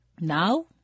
Now